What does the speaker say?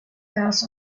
gas